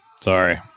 Sorry